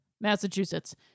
Massachusetts